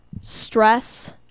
stress